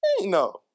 no